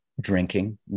drinking